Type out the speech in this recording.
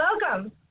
welcome